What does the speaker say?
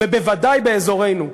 ובוודאי באזורנו,